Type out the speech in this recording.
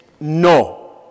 no